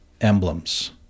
emblems